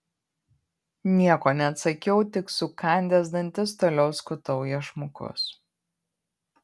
nieko neatsakiau tik sukandęs dantis toliau skutau iešmukus